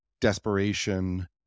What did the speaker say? desperation